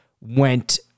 went